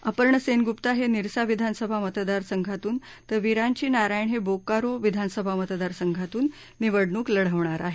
अपर्ण सेनगुप्ता हे निरसा विधानसभा मतदासंघातून तर विरांची नारायण हे बोकारो विधानसभा मतदारसंघातून ही निवडणूक लढवणार आहेत